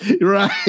Right